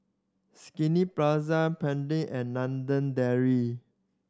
Skinny and London Dairy